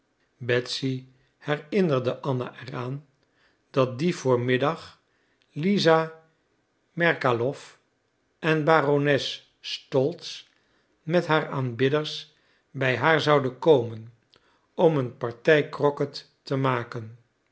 betsy herinnerde anna er aan dat dien voormiddag lisa merkalow en barones stolz met haar aanbidders bij haar zouden komen om een partij crocket te maken